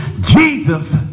Jesus